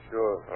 Sure